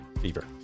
fever